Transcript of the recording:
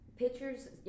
Pictures